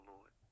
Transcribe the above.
Lord